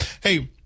Hey